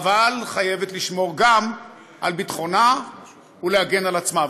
אבל חייבת לשמור גם על ביטחונה ולהגן על עצמה.